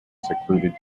secluded